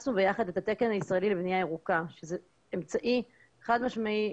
אימצנו ביחד עם התקן הישראלי לבניה ירוקה שזה אמצעי חד משמעי,